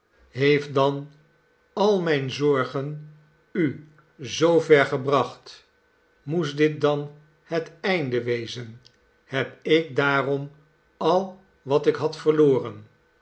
heeft dan al mijn zorgen u zoover gebracht moest dit dan het einde wezen heb ik daarom al wat ik had verloren